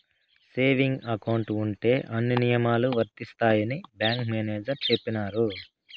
saving account ఉంటే అన్ని నియమాలు వర్తిస్తాయని బ్యాంకు మేనేజర్ చెప్పినారు